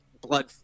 blood